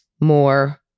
more